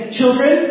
Children